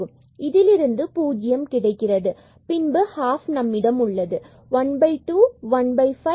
எனவே இதிலிருந்து பூஜ்ஜியம் கிடைக்கிறது மற்றும் பின்பு ½ நம்மிடம் உள்ளது மீண்டும் 1 2 so 1 5 and y 1 square நம்மிடம் உள்ளது